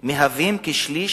הם כשליש